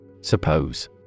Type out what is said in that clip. Suppose